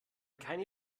keine